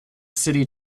city